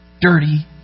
dirty